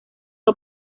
que